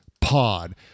pod